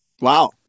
wow